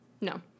no